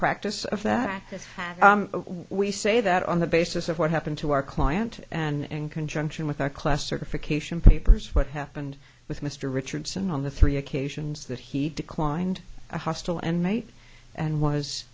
practice of that as we say that on the basis of what happened to our client and conjunction with our class certification papers what happened with mr richardson on the three occasions that he declined a hostile and mate and was